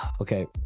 okay